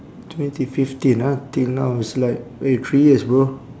twenty fifteen ah till now it's like eh three years bro